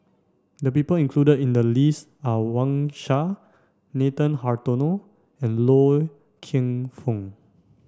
the people included in the list are Wang Sha Nathan Hartono and Loy Keng Foo